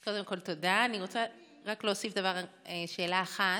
אז קודם כול תודה, אני רוצה רק להוסיף שאלה אחת.